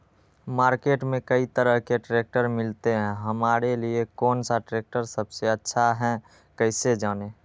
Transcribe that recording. Market में कई तरह के ट्रैक्टर मिलते हैं हमारे लिए कौन सा ट्रैक्टर सबसे अच्छा है कैसे जाने?